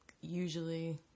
usually